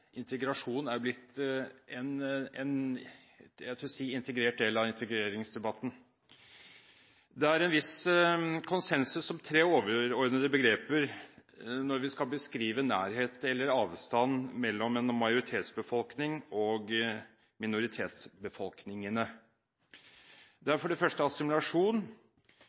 Integrasjon er blitt – jeg tør si – en integrert del av integreringsdebatten. Det er en viss konsensus om tre overordnede begreper når vi skal beskrive nærhet eller avstand mellom en majoritetsbefolkning og minoritetsbefolkningene. Det er for det første